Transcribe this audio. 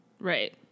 Right